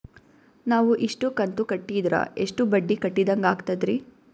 ನಾವು ಇಷ್ಟು ಕಂತು ಕಟ್ಟೀದ್ರ ಎಷ್ಟು ಬಡ್ಡೀ ಕಟ್ಟಿದಂಗಾಗ್ತದ್ರೀ?